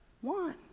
one